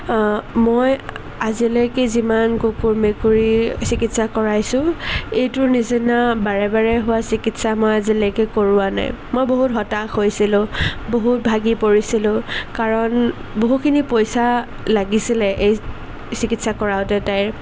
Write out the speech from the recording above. মই আজিলৈকে যিমান কুকুৰ মেকুৰীৰ চিকিৎসা কৰাইছোঁ এইটোৰ নিচিনা বাৰে বাৰে হোৱা চিকিৎসা মই আজিলৈকে কৰোৱা নাই মই বহুত হতাশ হৈছিলোঁ বহুত ভাগি পৰিছিলোঁ কাৰণ বহুখিনি পইচা লাগিছিলে এই চিকিৎসা কৰাওঁতে তাইৰ